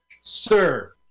Sir